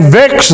vex